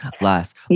last